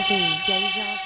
Deja